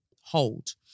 hold